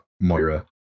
Moira